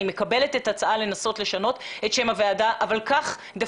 אני מקבלת את ההצעה לנסות לשנות את שם הוועדה אבל כך דה